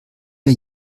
mir